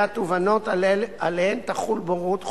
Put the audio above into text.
התובענות שעליהן תחול בוררות חובה,